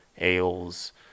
ales